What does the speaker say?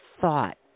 thought